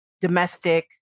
domestic